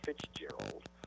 Fitzgerald